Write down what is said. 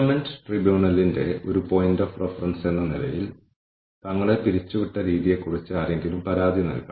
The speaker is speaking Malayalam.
കൂടാതെ ഇതുമായി ബന്ധമില്ലാത്ത വ്യക്തിയെ നമ്മൾ വിളിച്ചാൽ പോലും പ്രശ്നം പരിഹരിക്കാൻ ഞങ്ങളെ സഹായിക്കാൻ പോകുന്ന വ്യക്തിയുടെ കോൺടാക്റ്റ് വിവരങ്ങൾ അവർ ഉടൻ നമ്മൾക്ക് നൽകും